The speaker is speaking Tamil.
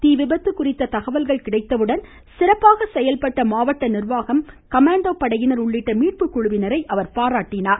தீவிபத்து குறித்த தகவல்கள் கிடைத்தவுடன் சிறப்பாக செயல்பட்ட மாவட்ட நிர்வாகம் கமாண்டோ படையினர் உள்ளிட்ட மீட்பு குழுவினரை அவர் பாராட்டியுள்ளார்